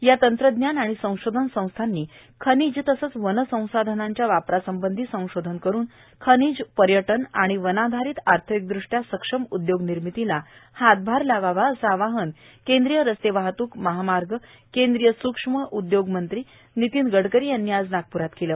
या तंत्रज्ञान आणि संशोधन संस्थांनी खनिज तसेच वन संसाधनांच्या वापरासंबंधी संशोधन करून खनिज पर्यटन तसेच वनाधारित आर्थिकदृष्ट्या सक्षम उद्योगनिर्मितीला हातभार लावावा असे आवाहन केंद्रीय रस्ते वाहतूक महामार्ग केंद्रीय सूक्ष्म उदयोग मंत्री नितीन गडकरी यांनी आज नागप्रात केले